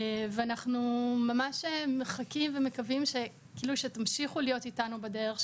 ואנחנו ממש מחכים ומקווים שתמשיכו להיות איתנו בדרך,